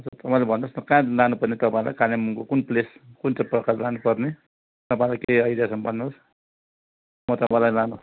तपाईँले भन्नुहोस् न कहाँ लानुपर्ने तपाईँलाई कालिम्पोङको कुन प्लेस कुन चाहिँ प्रकार लानुपर्ने तपाईँलाई केही आइडिया छ भन्नुहोस् म तपाईँलाई लानु